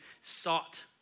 sought